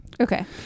Okay